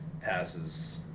passes